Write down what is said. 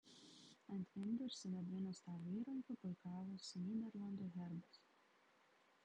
ant indų ir sidabrinių stalo įrankių puikavosi nyderlandų herbas